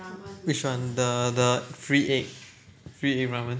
which one the the free egg free egg ramen